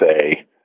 say